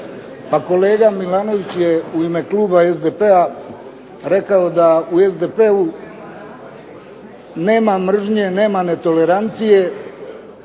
Pa kolega Milanović je u ime kluba SDP-a rekao da u SDP-u nema mržnje, nema netolerancije